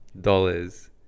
dollars